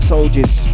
Soldiers